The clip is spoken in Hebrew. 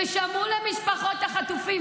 ושמעו את משפחות החטופים,